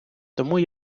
тому